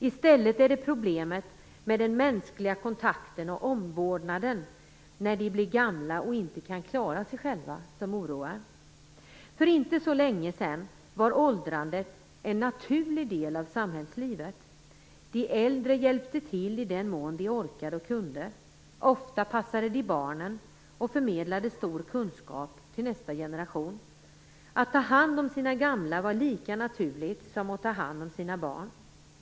I stället är det problemet med den mänskliga kontakten och omvårdnaden när de blir gamla och inte kan klara sig själva som oroar. För inte så länge sedan var åldrandet en naturlig del av samhällslivet. De äldre hjälpte till i den mån de orkade och kunde. Ofta passade de barnen och förmedlade stor kunskap till nästa generation. Att ta hand om sina gamla var lika naturligt som att ta hand om sina barn.